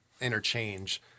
interchange